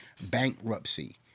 bankruptcy